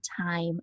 time